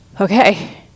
okay